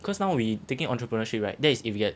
cause now we taking entrepreneurship right that is if you get